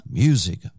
music